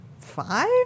Five